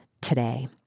today